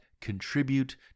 contribute